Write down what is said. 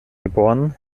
geboren